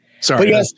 Sorry